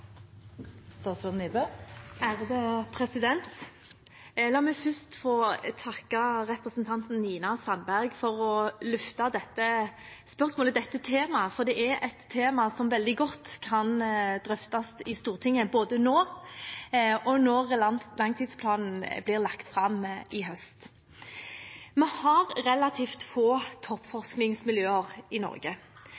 La meg først få takke representanten Nina Sandberg for å løfte dette spørsmålet og dette temaet, for det er et tema som veldig godt kan drøftes i Stortinget, både nå og når langtidsplanen blir lagt fram i høst. Vi har relativt få